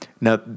Now